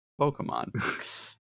Pokemon